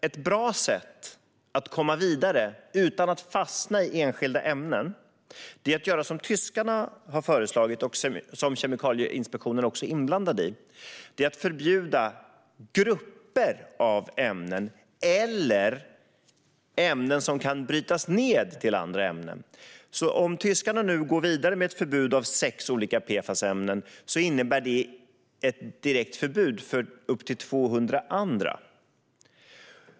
Ett bra sätt att komma vidare utan att fastna vid enskilda ämnen är att göra som tyskarna har föreslagit och som Kemikalieinspektionen också är inblandad i, nämligen att förbjuda grupper av ämnen eller ämnen som kan brytas ned till andra ämnen. Om tyskarna nu går vidare med ett förbud av sex olika PFAS-ämnen innebär detta ett direkt förbud för upp till 200 andra.